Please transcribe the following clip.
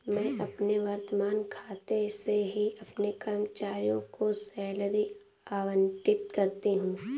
मैं अपने वर्तमान खाते से ही अपने कर्मचारियों को सैलरी आबंटित करती हूँ